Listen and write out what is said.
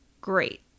Great